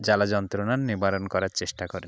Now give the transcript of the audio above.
জ্বালা যন্ত্রণা নিবারণ করার চেষ্টা করেন